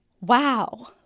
wow